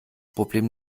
problem